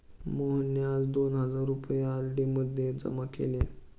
मोहनने आज दोन हजार रुपये आर.डी मध्ये जमा केले